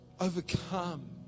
overcome